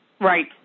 Right